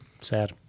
Sad